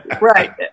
Right